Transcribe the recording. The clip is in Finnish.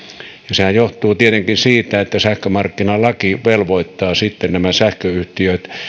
sehän johtuu tietenkin siitä että sähkömarkkinalaki velvoittaa nämä sähköyhtiöt